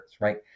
right